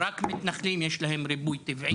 רק מתנחלים יש להם ריבוי טבעי.